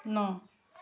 ন